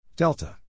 Delta